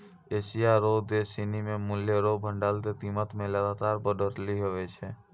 Asia रो देश सिनी मे मूल्य रो भंडार के कीमत मे लगातार बढ़ोतरी हुवै छै